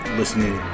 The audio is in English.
listening